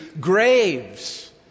graves